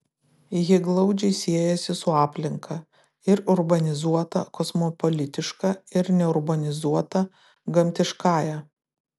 ji glaudžiai siejasi su aplinka ir urbanizuota kosmopolitiška ir neurbanizuota gamtiškąja